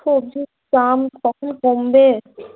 সবজির দাম কখন কমবে